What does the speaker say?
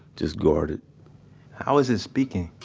just guarded how is it speaking?